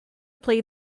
play